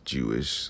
Jewish